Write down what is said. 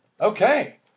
Okay